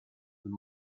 con